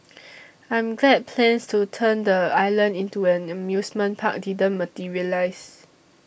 I'm glad plans to turn the island into an amusement park didn't materialise